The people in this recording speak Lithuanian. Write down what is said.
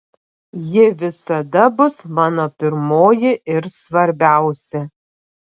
ji visada bus mano pirmoji ir svarbiausia